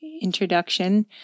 introduction